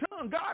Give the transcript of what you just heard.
God